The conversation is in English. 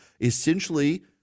Essentially